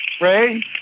Ray